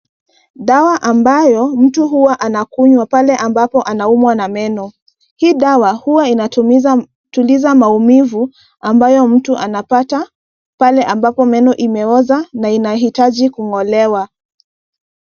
Dawa ambayo mtu huwa anakunywa pale ambapo anaumwa na meno. Hii dawa huwa inatuliza maumivu ambayo mtu anapata pale ambapo meno imeoza na inahitaji kung'olewa.